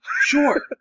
Sure